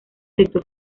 sector